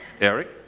Eric